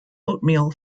oatmeal